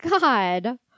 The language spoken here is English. god